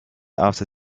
after